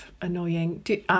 annoying